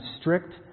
strict